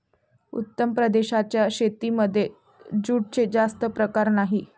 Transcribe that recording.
उत्तर प्रदेशाच्या शेतीमध्ये जूटचे जास्त प्रकार नाही